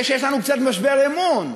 הרי יש לנו קצת משבר אמון.